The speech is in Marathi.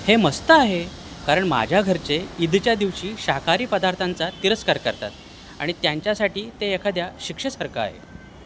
हे मस्त आहे कारण माझ्या घरचे ईदच्या दिवशी शाकाहारी पदार्थांचा तिरस्कार करतात आणि त्यांच्यासाठी ते एखाद्या शिक्षेसारखं आहे